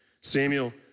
Samuel